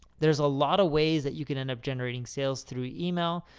there's a lot of ways that you can end up generating sales through email.